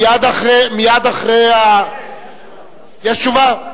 מייד אחרי, יש, יש תשובה.